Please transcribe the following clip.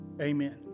Amen